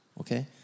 okay